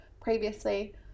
previously